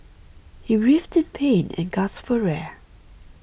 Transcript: he writhed in pain and gasped for air